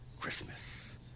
Christmas